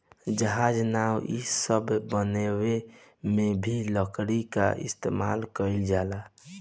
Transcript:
जहाज, नाव इ सब बनावे मे भी लकड़ी क इस्तमाल कइल जाला